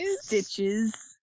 Stitches